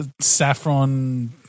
Saffron